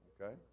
Okay